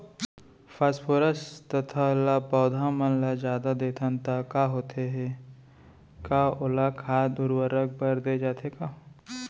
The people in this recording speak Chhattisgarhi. फास्फोरस तथा ल पौधा मन ल जादा देथन त का होथे हे, का ओला खाद उर्वरक बर दे जाथे का?